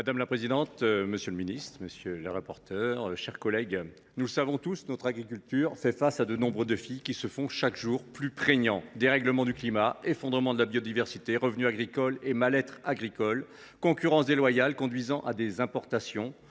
Madame la présidente, monsieur le ministre, mes chers collègues, nous le savons tous, notre agriculture fait face à de nombreux défis, qui sont chaque jour plus prégnants : dérèglement du climat, effondrement de la biodiversité, revenu agricole, mal être des agriculteurs, concurrence déloyale conduisant à des importations,